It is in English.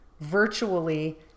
virtually